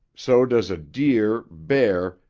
so does a deer, bear,